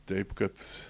taip kad